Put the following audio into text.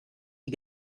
die